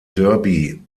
derby